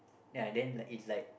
ya then like it like